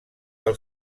del